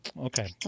Okay